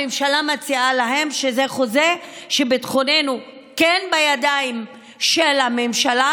הממשלה מציעה להם חוזה שביטחוננו כן בידיים של הממשלה,